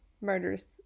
murders